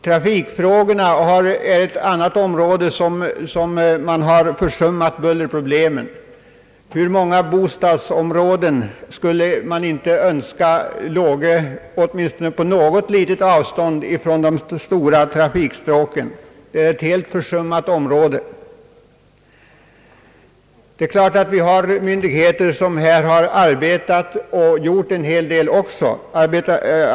Trafiken är ett annat område där man försummat bullerproblemen. Hur många bostadsområden skulle man inte önska låge åtminstone på något litet avstånd från de stora trafikstråken? Deta är ett helt försummat område. Det är klart att vi har myndigheter som också här har utfört en hel del.